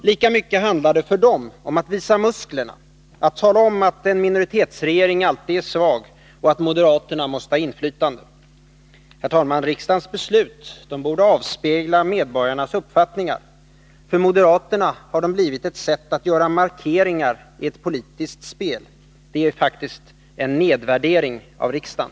Lika mycket handlar det för dem om att visa musklerna, att tala om att en minoritetsregering alltid är svag och att moderaterna måste ha inflytande. Herr talman! Riksdagens beslut borde avspegla medborgarnas uppfattningar. För moderaterna har de blivit ett sätt att göra markeringar i ett politiskt spel. Det är faktiskt en nedvärdering av riksdagen.